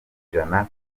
ijana